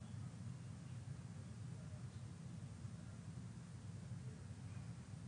אבל זה כתוב אפשר, זה לא חובה.